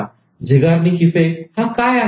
Zeigarnik Effect Zeigarnik effect हा काय आहे